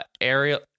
Ariel